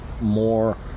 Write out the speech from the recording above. more